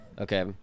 Okay